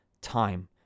time